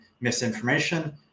misinformation